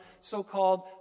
so-called